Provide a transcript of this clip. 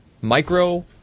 micro